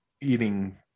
eating